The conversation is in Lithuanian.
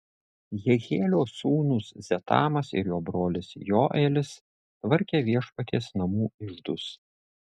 jehielio sūnūs zetamas ir jo brolis joelis tvarkė viešpaties namų iždus